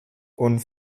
und